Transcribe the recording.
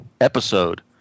episode